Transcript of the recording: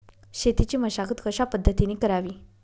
शेतीची मशागत कशापद्धतीने करावी?